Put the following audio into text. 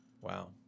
Wow